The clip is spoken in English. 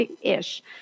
ish